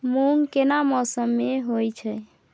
मूंग केना मौसम में होय छै?